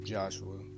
Joshua